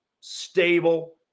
stable